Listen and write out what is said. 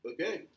Okay